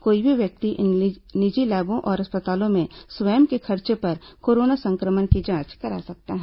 कोई भी व्यक्ति इन निजी लैबों और अस्पतालों में स्वयं के खर्च पर कोरोना संक्रमण की जांच करा सकता है